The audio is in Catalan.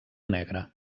negre